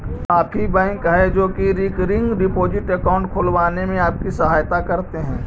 काफी बैंक हैं जो की रिकरिंग डिपॉजिट अकाउंट खुलवाने में आपकी सहायता करते हैं